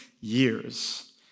years